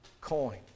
coin